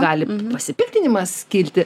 gali p pasipiktinimas kilti